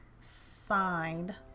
signed